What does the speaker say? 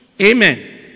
Amen